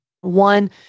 One